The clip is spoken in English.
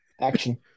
Action